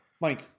Mike